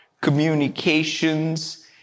communications